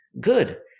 Good